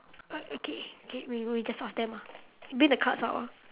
oh okay okay we we just ask them ah bring the cards out ah